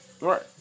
Right